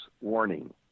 warning